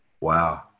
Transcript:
Wow